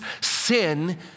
Sin